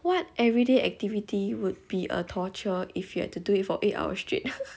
what everyday activity would be a torture if you had to do it for eight hours straight